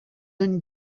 and